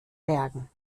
bergen